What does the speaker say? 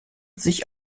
sich